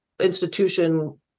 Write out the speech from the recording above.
institution